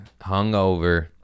hungover